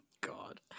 god